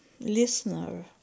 listener